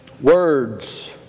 words